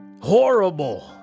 Horrible